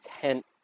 tent